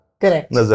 Correct